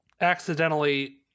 accidentally